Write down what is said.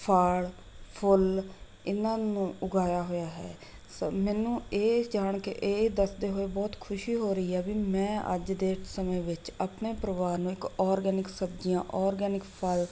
ਫ਼ਲ ਫੁੱਲ ਇਹਨਾਂ ਨੂੰ ਉਗਾਇਆ ਹੋਇਆ ਹੈ ਸ ਮੈਨੂੰ ਇਹ ਜਾਣਕੇ ਇਹ ਦੱਸਦੇ ਹੋਏ ਬਹੁਤ ਖੁਸ਼ੀ ਹੋ ਰਹੀ ਹੈ ਵੀ ਮੈਂ ਅੱਜ ਦੇ ਸਮੇਂ ਵਿੱਚ ਆਪਣੇ ਪਰਿਵਾਰ ਨੂੰ ਇੱਕ ਔਰਗੈਨਿਕ ਸਬਜ਼ੀਆਂ ਔਰਗੈਨਿਕ ਫ਼ਲ